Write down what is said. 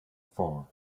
four